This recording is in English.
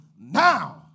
now